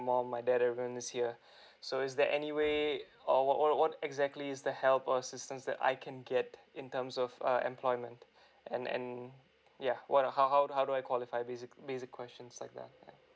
mum my dad they were going to see a so is there any way or what what what exactly is the help or assistance that I can get in terms of uh employment and and yeah what how how how do I qualify basic basic questions like that yeah